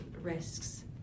risks